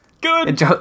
Good